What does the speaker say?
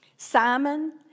Simon